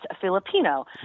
Filipino